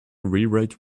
rewrite